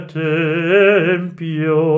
tempio